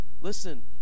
Listen